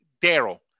Daryl